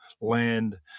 land